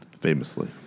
Famously